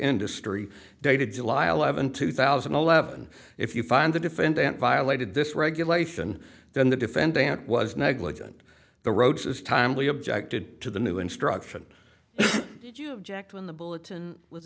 industry dated july eleventh two thousand and eleven if you find the defendant violated this regulation then the defendant was negligent the roach is timely objected to the new instruction did you object when the bulletin was